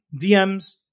DMs